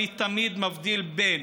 אני תמיד מבדיל בין